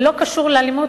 וזה לא קשור לאלימות,